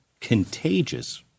contagious